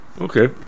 Okay